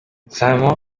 simon